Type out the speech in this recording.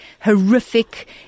horrific